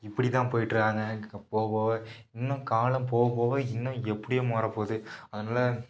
இப்படி தான் போய்கிட்டுருகாங்க போவோம் இன்னும் காலம் போக போக இன்னும் எப்படியோ மாறப்போகுது அதனால